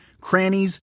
crannies